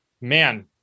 Man